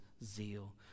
zeal